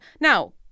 now